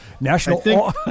National